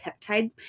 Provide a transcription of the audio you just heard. peptide